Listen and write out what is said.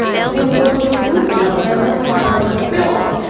like when there was no food in the house, i remember my brother phil,